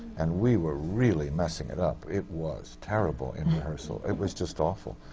and we were really messing it up. it was terrible in rehearsal, it was just awful.